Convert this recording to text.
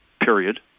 period